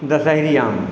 दशहरी आम